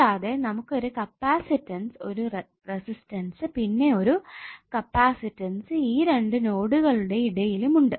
കൂടാതെ നമുക്ക് ഒരു കപ്പാസിറ്റൻസ് ഒരു റെസിസ്റ്റൻസ് പിന്നെ ഒരു കപ്പാസിറ്റൻസ് ഈ രണ്ട് നോഡുകളുടെ ഇടയിലും ഉണ്ട്